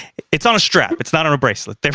it's on a strap! it's not on a bracelet. there